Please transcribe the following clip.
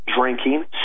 drinking